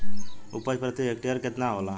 उपज प्रति हेक्टेयर केतना होला?